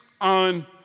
on